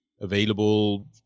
available